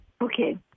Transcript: Okay